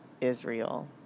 Israel